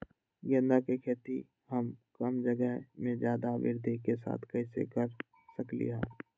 गेंदा के खेती हम कम जगह में ज्यादा वृद्धि के साथ कैसे कर सकली ह?